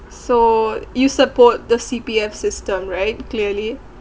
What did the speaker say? so you support the C_P_F system right clearly